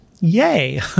Yay